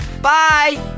Bye